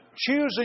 choosing